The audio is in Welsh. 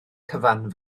cyfan